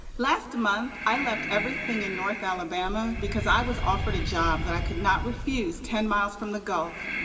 last month, i left everything in north alabama because i was offered a job that i could not refuse ten miles from the gulf.